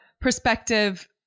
perspective